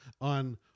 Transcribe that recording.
on